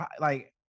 like-